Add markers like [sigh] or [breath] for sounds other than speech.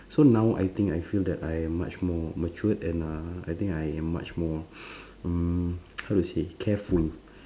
so now I think I feel that I am much more matured and uh I think I am much more [breath] mm [noise] how to say careful